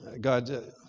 God